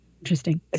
interesting